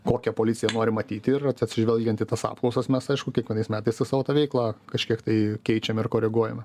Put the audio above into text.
kokią policiją nori matyti ir atsižvelgiant į tas apklausas mes aišku kiekvienais metais savo tą veiklą kažkiek tai keičiam ir koreguojame